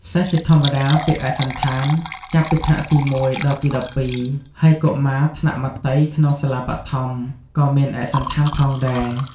សិស្សជាធម្មតាពាក់ឯកសណ្ឋានចាប់ពីថ្នាក់ទី ១ ដល់ទី ១២ ហើយកុមារថ្នាក់មត្តេយ្យក្នុងសាលាបឋមក៏មានឯកសណ្ឋានផងដែរ។